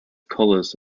colours